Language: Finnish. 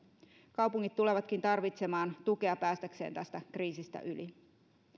kaupungit tulevatkin tarvitsemaan tukea päästäkseen tästä kriisistä yli